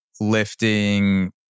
lifting